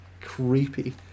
creepy